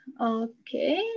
okay